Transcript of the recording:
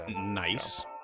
Nice